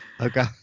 Okay